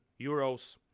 euros